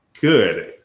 good